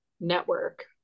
network